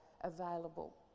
available